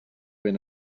ben